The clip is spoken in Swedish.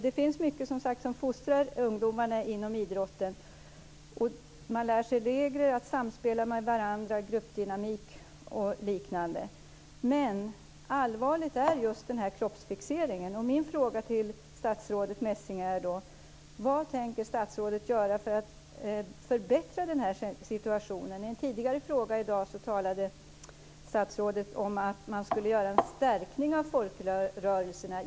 Det finns som sagt mycket som fostrar ungdomar inom idrotten. Man lär sig regler, att samspela med varandra, gruppdynamik och liknande, men det allvarliga är just denna kroppsfixering. Min fråga till statsrådet Messing är: Vad tänker hon göra för att förbättra denna situation? I svaret på en fråga tidigare i dag talade statsrådet om att man skall stärka folkrörelserna.